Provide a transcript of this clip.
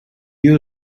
you